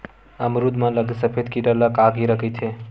अमरूद म लगे सफेद कीरा ल का कीरा कइथे?